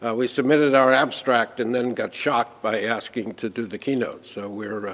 ah we submitted our abstract and then got shocked by asking to do the keynote. so we're